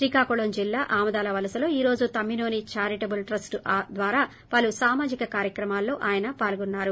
శ్రీకాకుళం జిల్లా ఆమదాలవలసలో ఈ రోజు తమ్మినేని ఛారిటబుల్ ట్రస్టు ద్వారా పలు సామాజిక కార్యక్రమాల్లో ఆయన పాల్గొన్నారు